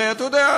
הרי אתה יודע,